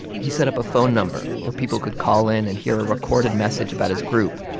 he set up a phone number where people could call in and hear a recorded message about his group,